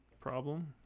problem